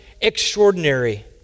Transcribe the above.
extraordinary